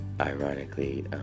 Ironically